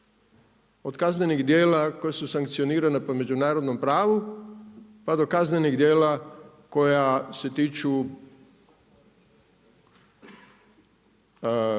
Od kaznenih djela koja su sankcionirana po međunarodnom pravu pa do kaznenih djela koja se tiču